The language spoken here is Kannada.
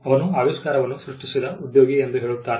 ಅವನು ಆವಿಷ್ಕಾರವನ್ನು ಸೃಷ್ಟಿಸಿದ ಉದ್ಯೋಗಿ ಎಂದು ಹೇಳುತ್ತಾರೆ